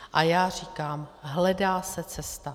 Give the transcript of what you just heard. A já říkám, hledá se cesta.